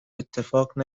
اتفاق